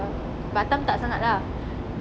batam tak sangat lah